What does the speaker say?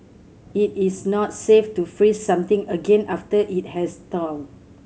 it is not safe to freeze something again after it has thawed